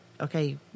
Okay